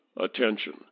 attention